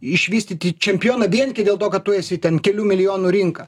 išvystyti čempioną vien dėl to kad tu esi ten kelių milijonų rinka